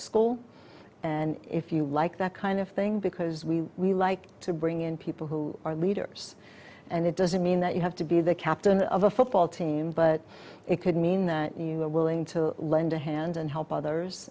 school and if you like that kind of thing because we we like to bring in people who are leaders and it doesn't mean that you have to be the captain of a football team but it could mean that you are willing to lend a hand and help others